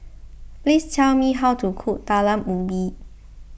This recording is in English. please tell me how to cook Talam Ubi